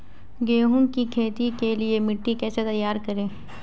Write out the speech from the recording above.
गेहूँ की खेती के लिए मिट्टी कैसे तैयार करें?